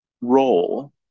role